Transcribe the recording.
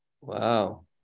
Wow